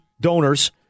donors